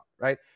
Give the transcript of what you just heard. right